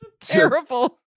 Terrible